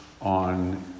on